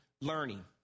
learning